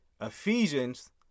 Ephesians